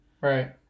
Right